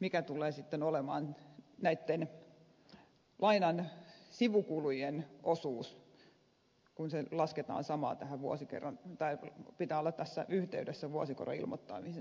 mikä tulee sitten olemaan näitten lainan sivukulujen osuus kun sen pitää olla tässä yhteydessä vuosikoron ilmoittamisen kanssa